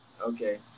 Okay